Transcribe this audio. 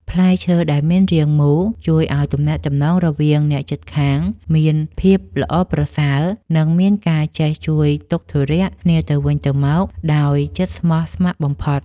ផ្លែឈើដែលមានរាងមូលជួយឱ្យទំនាក់ទំនងរវាងអ្នកជិតខាងមានភាពល្អប្រសើរ និង មានការចេះជួយទុក្ខធុរៈគ្នាទៅវិញទៅមកដោយចិត្តស្មោះស្ម័គ្របំផុត។